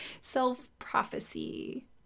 self-prophecy